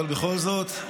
אבל בכל זאת,